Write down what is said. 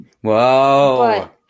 Whoa